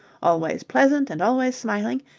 always pleasant and always smiling,